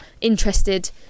interested